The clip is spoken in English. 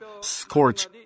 scorch